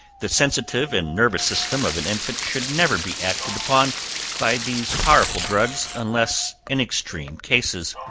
the sensitive and nervous system of an infant should never be acted upon by these powerful drugs unless in extreme cases,